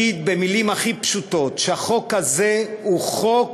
להגיד במילים הכי פשוטות שהחוק הזה הוא חוק